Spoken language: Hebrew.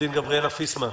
הדין גבריאלה פיסמן,